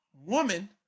woman